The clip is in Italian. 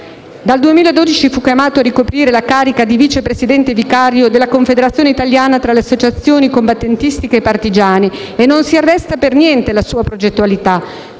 Dal 2012 fu chiamato a ricoprire la carica di vice presidente vicario della Confederazione italiana tra le associazioni combattentistiche e partigiane e non si arresta per niente la sua progettualità.